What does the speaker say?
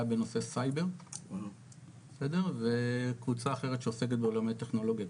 בנושא סייבר וקבוצה אחרת שעוסקת בעולמי טכנולוגיה,